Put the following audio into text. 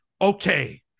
okay